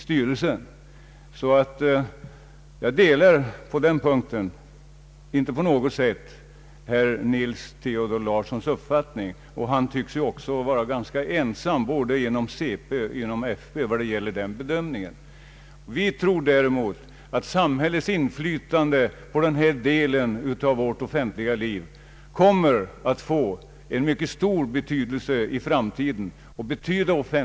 I den här punkten delar jag inte på något sätt herr Nils Theodor Larssons uppfattning. Han tycks för övrigt stå ganska ensam inom centerpartiet, och han har heller inga sympatisörer inom folkpartiet med sig. Vi däremot tror att samhällets inflytande på denna del av vårt offentliga liv kommer att få mycket stor betydelse i framtiden för utvecklingen av vårt ekonomiska liv.